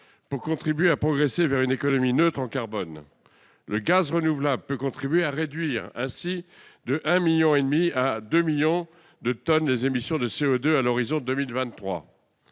pour contribuer à progresser vers une économie neutre en carbone. Le gaz renouvelable peut contribuer à réduire de 1,4 à 1,9 million de tonnes les émissions de CO2 à l'horizon 2023.